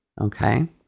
okay